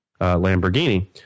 Lamborghini